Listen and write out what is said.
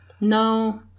No